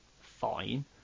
Fine